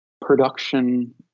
production